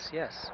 yes